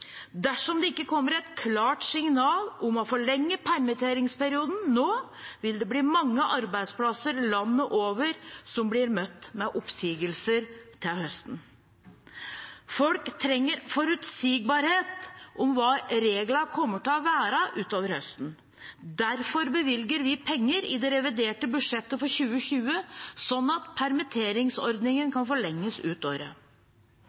Dersom det ikke kommer et klart signal om å forlenge permitteringsperioden nå, vil det bli mange arbeidsplasser landet over som blir møtt med oppsigelser til høsten. Folk trenger forutsigbarhet om hva reglene kommer til å være utover høsten. Derfor bevilger vi penger i det reviderte budsjettet for 2020, sånn at permitteringsordningen kan forlenges ut året.